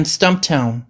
Stumptown